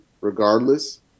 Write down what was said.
regardless